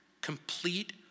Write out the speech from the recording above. complete